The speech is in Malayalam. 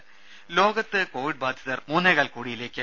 രേര ലോകത്ത് കോവിഡ് ബാധിതർ മൂന്നേകാൽ കോടിയിലേക്ക്